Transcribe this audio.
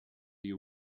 you